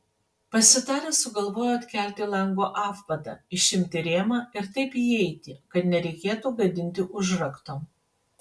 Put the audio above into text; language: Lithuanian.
pasitarę sugalvojo atkelti lango apvadą išimti rėmą ir taip įeiti kad nereikėtų gadinti užrakto